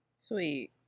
Sweet